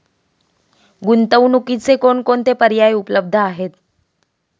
गुंतवणुकीचे कोणकोणते पर्याय उपलब्ध आहेत?